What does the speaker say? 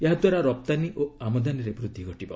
ଏହାଦ୍ୱାରା ରପ୍ତାନୀ ଓ ଆମଦାନୀରେ ବୃଦ୍ଧି ଘଟିବ